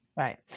Right